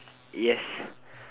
yes